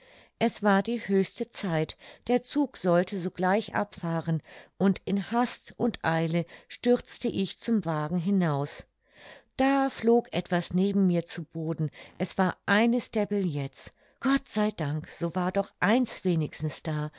es war die höchste zeit der zug sollte sogleich abfahren und in hast und eile stürzte ich zum wagen hinaus da flog etwas neben mir zu boden es war eines der billets gott sei dank so war doch eins wenigstens da